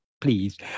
please